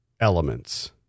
elements